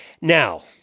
Now